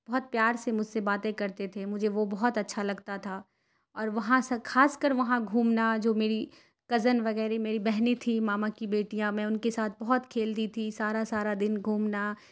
بہت پیار سے مجھ سے باتیں کرتے تھے مجھے وہ بہت اچھا لگتا تھا اور وہاں سا خاص کر وہاں گھومنا جو میری کزن وغیری میری بہنیں تھی ماما کی بیٹیاں میں ان کے ساتھ بہت کھیلتی تھی سارا سارا دن گھومنا